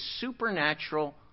supernatural